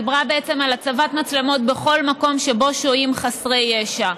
דיברה בעצם על הצבת מצלמות בכל מקום שבו שוהים חסרי ישע.